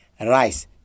rice